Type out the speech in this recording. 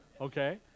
Okay